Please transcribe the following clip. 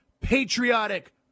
patriotic